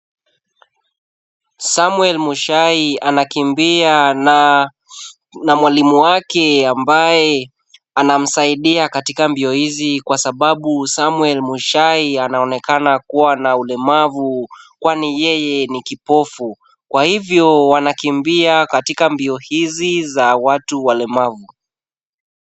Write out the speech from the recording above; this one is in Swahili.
Samuel Muchai anakimbia na mwalimu wake ambaye anamsaidia katika mbio hizi kwasababu Samuel Muchai anaoenekana kuwa na ulemavu kwani yeye ni kipofu. Kwa hivyo, anakimbia katika mbio hizi za watu walemavu.